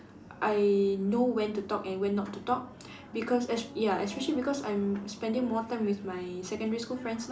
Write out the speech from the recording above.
I know when to talk and when not to talk because es~ ya especially because I'm spending more time with my secondary school friends now